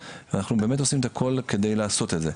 ואנחנו באמת עושים את הכול כדי לעשות את זה.